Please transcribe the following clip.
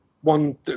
one